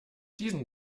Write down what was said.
diesen